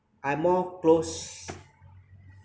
I'm more close